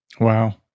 Wow